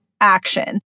action